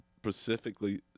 specifically